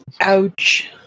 Ouch